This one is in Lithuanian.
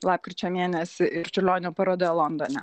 lapkričio mėnesį ir čiurlionio parodoje londone